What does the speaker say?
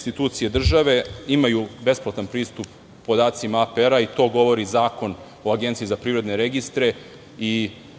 institucije države imaju besplatan pristup podacima APR i to govori Zakon o agenciji za privredne registre.